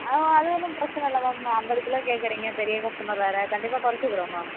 அது ஒன்றும் பிரச்சின இல்லை மேம் ஐம்பது கிலோ கேட்கறிங்க பெரிய கஸ்டமர் வேறு கண்டிப்பாக குறைச்சிக்கிறோம் மேம்